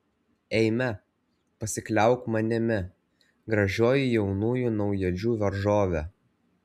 eime pasikliauk manimi gražioji jaunųjų najadžių varžove